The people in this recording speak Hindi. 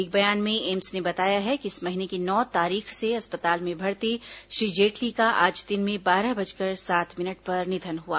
एक बयान में एम्स ने बताया है कि इस महीने की नौ तारीख से अस्पताल में भर्ती श्री जेटली का आज दिन में बारह बजकर सात मिनट पर निधन हुआ